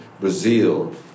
Brazil